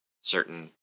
certain